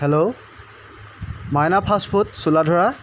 hello মাইনা fast food চোলা ধৰা